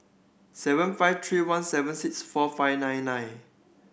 seven five three one seven six four five nine nine